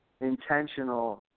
intentional